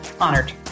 honored